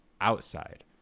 outside